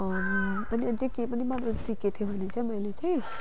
अनि अझै के पनि बनाउनु सिकेको थिएँ भने चाहिँ मैले चाहिँ